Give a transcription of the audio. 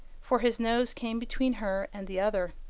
for his nose came between her and the other.